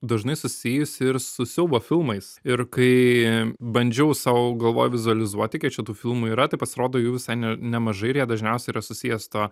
dažnai susijusi ir su siaubo filmais ir kai bandžiau sau galvoj vizualizuoti kiek čia tų filmų yra tai pasirodo jų visai ne nemažai ir jie dažniausiai yra susiję su tuo